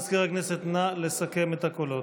מזכיר הכנסת, נא לסכם את הקולות.